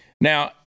Now